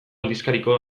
aldizkariko